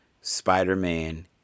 Spider-Man